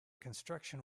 construction